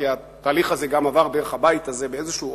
כי התהליך זה עבר גם דרך הבית הזה באיזה אופן,